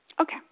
Okay